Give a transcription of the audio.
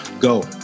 go